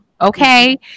okay